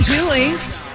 Julie